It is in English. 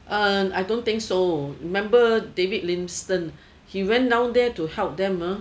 uh I don't think so remember david limpston he went down there to help them ah